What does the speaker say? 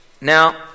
Now